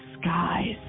skies